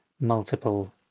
multiple